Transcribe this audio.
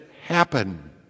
happen